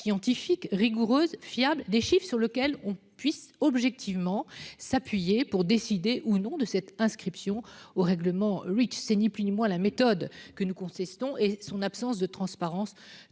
scientifiques rigoureuses fiable des chiffre sur lequel on puisse objectivement s'appuyer pour décider ou non de cette inscription au règlement Reach, c'est ni plus ni moins la méthode que nous contestons et son absence de transparence